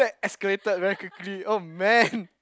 escalated very quickly oh man